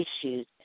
issues